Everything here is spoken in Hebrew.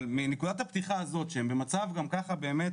אבל מנקודת הפתיחה הזו, שהם במצב באמת,